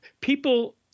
people –